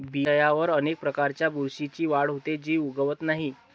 बियांवर अनेक प्रकारच्या बुरशीची वाढ होते, जी उगवत नाही